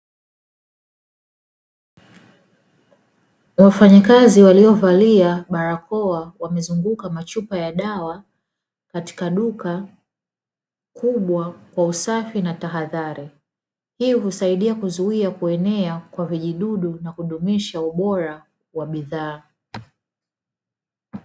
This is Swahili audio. Wafanyakazi waliovalia barakoa wamezunguka machupa ya dawa katika duka kubwa kwa usafi na tahadhari. Hii husaidia kuzuia kuenea kwa vijidudu na kudumuisha ubora wa bidhaa.